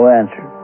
answer